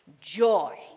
joy